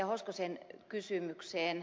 hoskosen kysymykseen